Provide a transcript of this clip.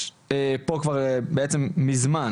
פה כבר בעצם מזמן,